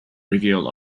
reveal